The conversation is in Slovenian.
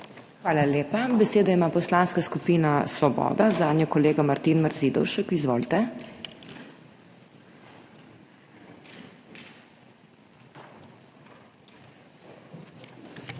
Hvala lepa. Besedo ima Poslanska skupina Svoboda, zanjo kolegica Mateja Čalušič. Izvolite.